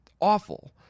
awful